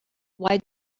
why